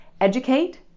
educate